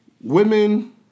women